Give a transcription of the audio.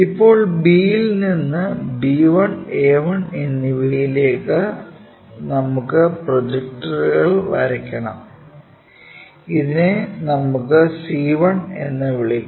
ഇപ്പോൾ b യിൽ നിന്ന് b1 a1 എന്നിവയിലേക്ക് നമുക്ക് പ്രൊജക്ടറുകൾ വരയ്ക്കണം ഇതിനെ നമുക്കു c1 എന്ന് വിളിക്കാം